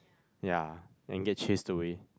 ya and get chased away